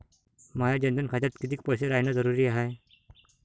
माया जनधन खात्यात कितीक पैसे रायन जरुरी हाय?